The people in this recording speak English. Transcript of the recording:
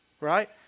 Right